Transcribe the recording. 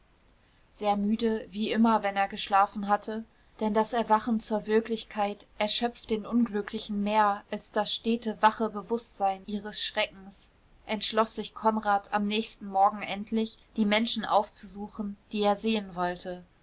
sehr müde wie immer wenn er geschlafen hatte denn das erwachen zur wirklichkeit erschöpft den unglücklichen mehr als das stete wache bewußtsein ihres schreckens entschloß sich konrad am nächsten morgen endlich die menschen aufzusuchen die er sehen wollte